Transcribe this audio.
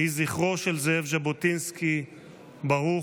יהי זכרו של זאב ז'בוטינסקי ברוך.